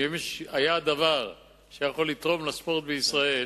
שאם היה דבר שהיה יכול לתרום לספורט בישראל,